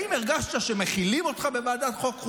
האם הרגשת שמכילים אותך בוועדה החוקה,